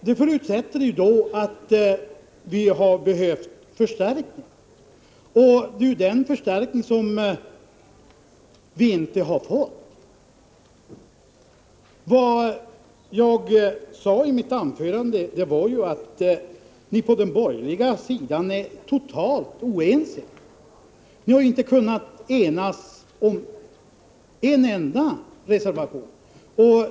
Det förutsätter att vi stöds av andra, och den förstärkningen har vi ju inte erhållit. Som jag sade i mitt anförande är ni ju på den borgerliga sidan totalt oense. Ni har inte kunnat enas om en enda reservation.